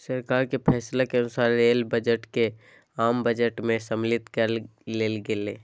सरकार के फैसला के अनुसार रेल बजट के आम बजट में सम्मलित कर लेल गेलय